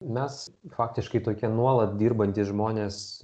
mes faktiškai tokie nuolat dirbantys žmonės